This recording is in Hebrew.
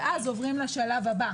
ואז עוברים לשלב הבא